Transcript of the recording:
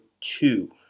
two